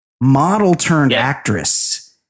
model-turned-actress